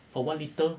for one litre